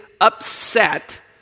upset